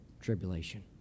tribulation